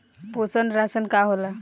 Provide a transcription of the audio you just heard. पोषण राशन का होला?